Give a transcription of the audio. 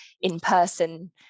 in-person